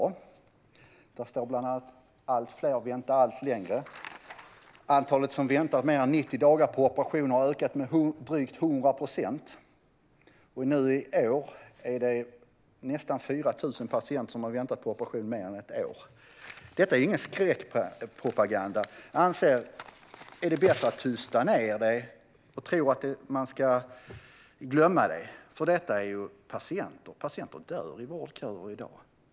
Det står bland annat att "allt fler väntar allt längre" och att antalet som har väntat i mer än 90 dagar på operation har ökat med drygt 100 procent. I år är det nästan 4 000 patienter som har väntat på operation i mer än ett år. Detta är ingen skräckpropaganda. Är det bättre att tysta ned det och tro att man ska glömma det? Det handlar om patienter, och patienter dör i vårdköer i dag.